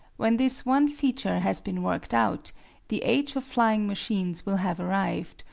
when this one feature has been worked out the age of flying machines will have arrived,